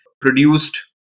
produced